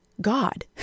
God